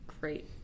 great